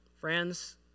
Friends